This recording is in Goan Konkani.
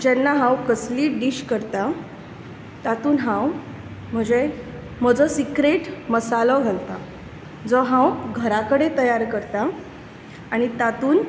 जेन्ना हांव कसलीय डिश करता तातूंत हांव म्हजे म्हजो सीक्रेट मसालो घालता जो हांव घरा कडेन तयार करता आनी तातूंत